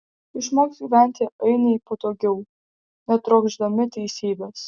išmoks gyventi ainiai patogiau netrokšdami teisybės